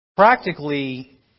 practically